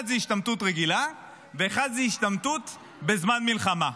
אחד זה השתמטות רגילה ואחד זה השתמטות בזמן מלחמה.